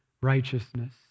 righteousness